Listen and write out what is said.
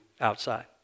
outside